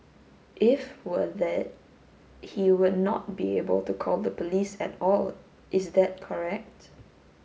if were dead he would not be able to call the police at all is that correct